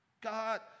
God